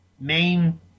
main